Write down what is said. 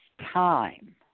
time